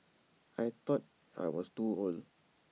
I thought I was too old